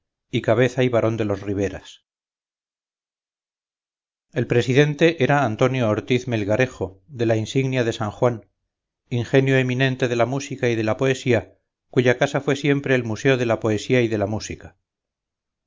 y cabeza y varón de los riberas el presidente era antonio ortiz melgarejo de la insignia de san juan ingenio eminente de la música y de la poesía cuya casa fué siempre el museo de la poesía y de la música